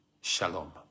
Shalom